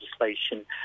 legislation